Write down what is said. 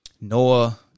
Noah